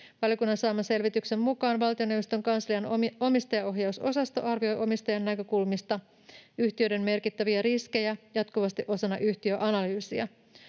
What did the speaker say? Valiokunnan saaman selvityksen mukaan valtioneuvoston kanslian omistajaohjausosasto arvioi omistajan näkökulmasta yhtiöiden merkittäviä riskejä jatkuvasti osana yhtiöanalyysiä.